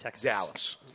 Dallas